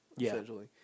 essentially